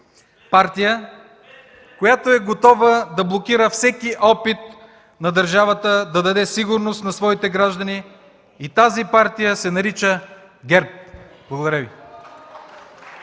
Партия, която е готова да блокира всеки опит на държавата да даде сигурност на своите граждани, и тази партия се нарича „ГЕРБ”. Благодаря Ви.